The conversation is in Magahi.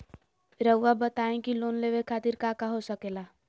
रउआ बताई की लोन लेवे खातिर काका हो सके ला?